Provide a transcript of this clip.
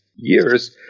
years